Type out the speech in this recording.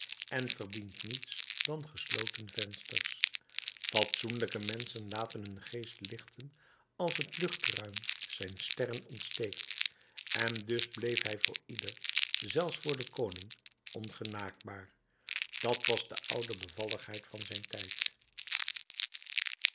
en verdient niets dan gesloten vensters fatsoenlijke menschen laten hun geest lichten als het luchtruim zijn sterren ontsteekt en dus bleef hij voor ieder zelfs voor den koning ongenaakbaar dat was de oude bevalligheid van zijn tijd